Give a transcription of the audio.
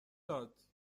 داد